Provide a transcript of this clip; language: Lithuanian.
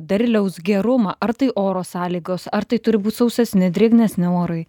derliaus gerumą ar tai oro sąlygos ar tai turi būt sausesni drėgnesni orai